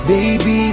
Baby